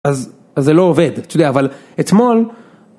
אז זה לא עובד, אתה יודע. אבל אתמול